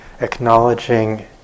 acknowledging